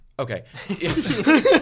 Okay